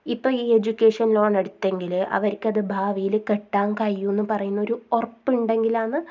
ഇപ്പോൾ ഈ education loan എടുത്തെങ്കിൽ അവർക്കത് ഭാവിയിൽ കെട്ടാൻ കഴിയുന്നു പറയുന്നൊരു ഉറപ്പുണ്ടെങ്കിലാണ്